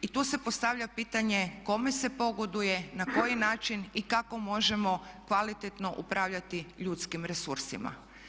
I tu se postavlja pitanje kome se pogoduje, na koji način i kako možemo kvalitetno upravljati ljudskim resursima.